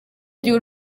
gihe